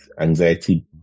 anxiety